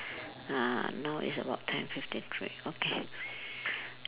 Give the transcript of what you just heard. uh now is about ten fifty three okay